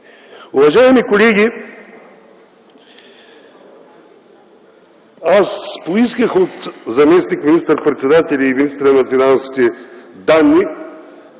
Уважаеми колеги, аз поисках от заместник министър-председателя и министъра на финансите данни